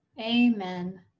Amen